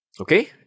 okay